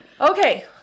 Okay